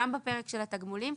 גם בפרק של התגמולים,